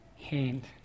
hand